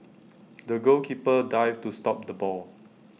the goalkeeper dived to stop the ball